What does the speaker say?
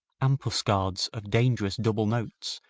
ambuscades of dangerous double notes,